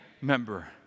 member